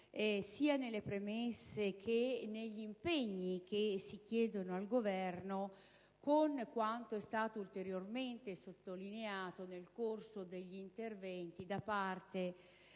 sia nelle premesse che negli impegni che si chiedono al Governo, alla luce di quanto è stato ulteriormente sottolineato nel corso degli interventi da parte della